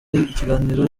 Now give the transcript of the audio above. ikiganiro